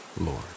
lord